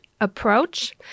approach